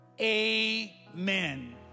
Amen